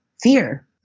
fear